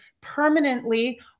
permanently